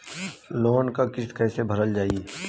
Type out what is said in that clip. Loan क किस्त कैसे भरल जाए?